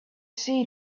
see